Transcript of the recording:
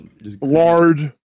Lard